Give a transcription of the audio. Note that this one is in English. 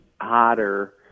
hotter